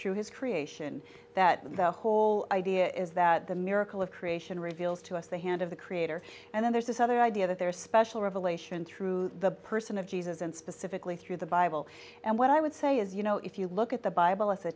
through his creation that the whole idea is that the miracle of creation reveals to us the hand of the creator and then there's this other idea that there are special revelation through the person of jesus and specifically through the bible and what i would say is you know if you look at the bible as a